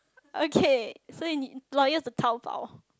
okay so in the loyal to Taobao